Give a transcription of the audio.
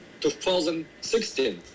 2016